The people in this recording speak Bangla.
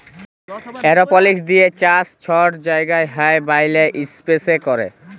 এরওপলিক্স দিঁয়ে চাষ ছট জায়গায় হ্যয় ব্যইলে ইস্পেসে ক্যরে